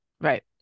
Right